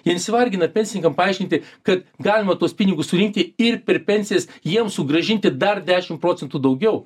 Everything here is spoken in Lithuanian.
jie nesivargina pensininkam paaiškinti kad galima tuos pinigus surinkti ir per pensijas jiem sugrąžinti dar dešimt procentų daugiau